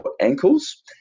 ankles